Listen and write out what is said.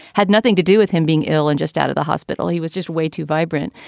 had nothing to do with him being ill and just out of the hospital. he was just way too vibrant.